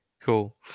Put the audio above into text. Cool